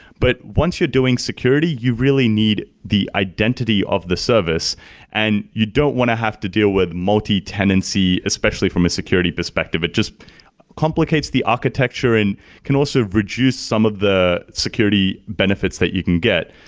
but once you're doing security, you really need the identity of the service and you don't want to have to deal with multi-tenancy, especially from a security perspective. it just complicates the architecture and can also reduce some of the security benefits that you can get.